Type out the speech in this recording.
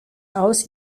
aus